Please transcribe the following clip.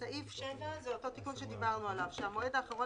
סעיף 7 זה אותו תיקון שדיברנו עליו: "המועד האחרון